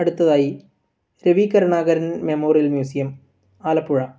അടുത്തതായി Ravi Karunakaran memorial museum Alappuzha